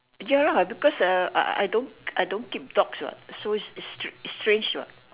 ya lah because uh I I don't I don't keep dogs what so it's it's it's strange what